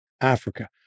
Africa